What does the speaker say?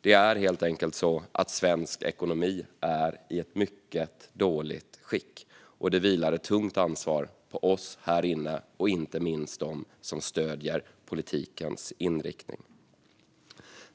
Det är helt enkelt så att svensk ekonomi är i ett mycket dåligt skick. Och det vilar ett tungt ansvar på oss här inne och inte minst på dem som stöder politikens inriktning.